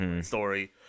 story